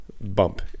bump